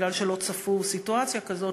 מכיוון שלא צפו סיטואציה כזאת,